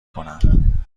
کنم